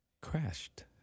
crashed